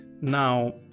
now